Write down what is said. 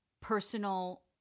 personal